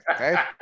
okay